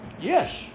Yes